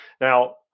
now